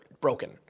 broken